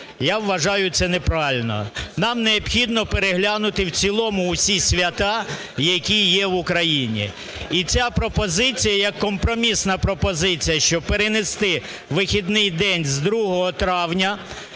я вважаю, це неправильно. Нам необхідно переглянути в цілому усі свята, які є в Україні. І ця пропозиція як компромісна пропозиція, що перенести вихідний день з 2 травня